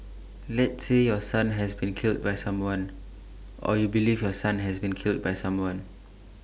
let's say your son has been killed by someone or you believe your son has been killed by someone